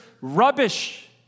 rubbish